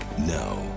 Now